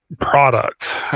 product